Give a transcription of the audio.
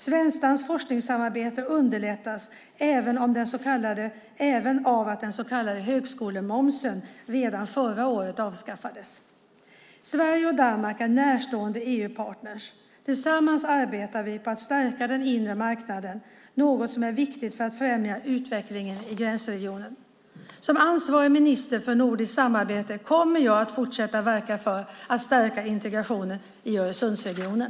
Svensk-danskt forskningssamarbete underlättas även av att den så kallade högskolemomsen sedan förra året är avskaffad. Sverige och Danmark är närstående EU-partner. Tillsammans arbetar vi på att stärka den inre marknaden, något som är viktigt för att främja utvecklingen i gränsregioner. Som ansvarig minister för nordiskt samarbete kommer jag att fortsätta verka för att stärka integrationen i Öresundsregionen.